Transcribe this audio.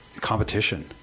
competition